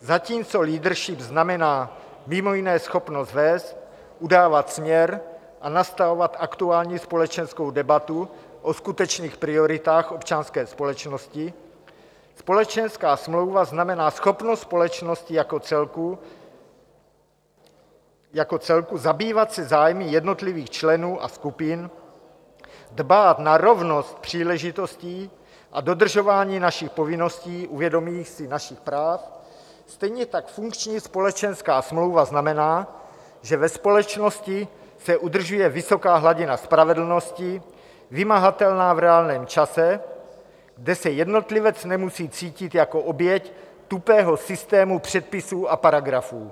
Zatímco leadership znamená mimo jiné schopnost vést, udávat směr a nastavovat aktuální společenskou debatu o skutečných prioritách občanské společnosti, společenská smlouva znamená schopnost společnosti jako celku zabývat se zájmy jednotlivých členů a skupin, dbát na rovnost příležitostí a dodržování našich povinností u vědomí si našich práv, stejně tak funkční společenská smlouva znamená, že ve společnosti se udržuje vysoká hladina spravedlnosti, vymahatelná v reálném čase, kde se jednotlivec nemusí cítit jako oběť tupého systému předpisů a paragrafů.